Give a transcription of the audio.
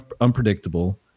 unpredictable